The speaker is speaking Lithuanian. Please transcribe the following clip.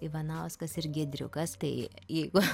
ivanauskas ir giedriukas tai jeigu